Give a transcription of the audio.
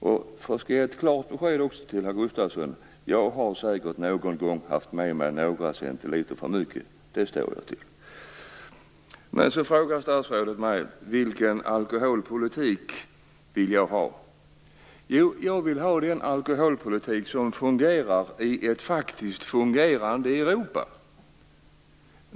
Jag skall ge ett klart besked till herr Gustafsson. Jag har säkert någon gång haft med mig några centiliter för mycket. Det står jag för. Statsrådet frågar mig vilken alkoholpolitik jag vill ha. Jo, jag vill ha den alkoholpolitik som fungerar i ett faktiskt fungerande Europa.